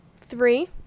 Three